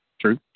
True